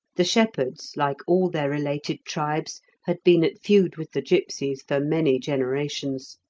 the shepherds, like all their related tribes, had been at feud with the gipsies for many generations.